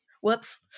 Whoops